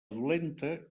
dolenta